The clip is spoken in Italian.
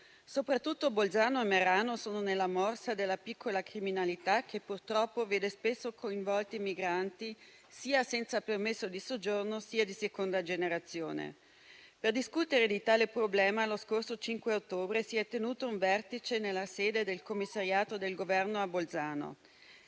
Soprattutto Bolzano e Merano sono nella morsa della piccola criminalità, che purtroppo vede spesso coinvolti migranti, sia senza permesso di soggiorno, sia di seconda generazione. Per discutere di tale problema, lo scorso 5 ottobre si è tenuto un vertice nella sede del commissariato del Governo a Bolzano.